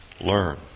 learn